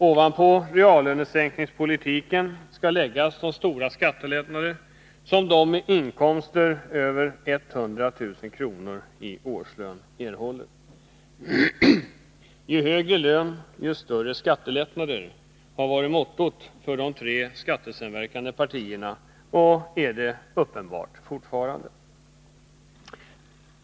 Ovanpå reallönesänkningspolitiken skall läggas de stora 16 december 1982 Ju högre lön, ju större skattelättnader, har varit mottot för de tre skattesamverkande partierna, och så är det uppenbart fortfarande.